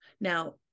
Now